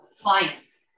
clients